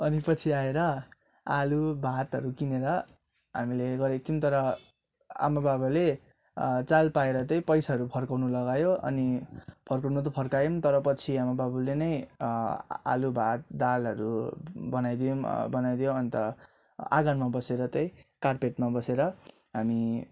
अनि पछि आएर आलु भातहरू किनेर हामीले गरेको थियौँ तर आमा बाबाले चाल पाएर चाहिँ पैसाहरू फर्काउन लगायो अनि फर्काउन त फर्कायौँ अनि तर पछि आमा बाबाले नै आलु भात दालहरू बनाइदिम बनाइदियो अन्त आँगनमा बसेर चाहिँ कार्पेटमा बसेर हामी